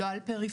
לא על פריפריה,